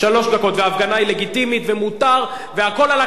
וההפגנה היא לגיטימית ומותר והכול עלא כיפאק,